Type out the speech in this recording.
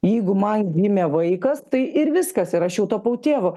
jeigu man gimė vaikas tai ir viskas ir aš jau tapau tėvu